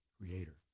creator